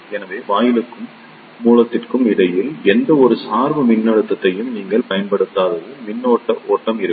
எனவே வாயிலுக்கும் மூலத்திற்கும் இடையில் எந்தவொரு சார்பு மின்னழுத்தத்தையும் நீங்கள் பயன்படுத்தாதபோது மின்னோட்ட ஓட்டம் இருக்கும்